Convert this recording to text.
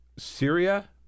Syria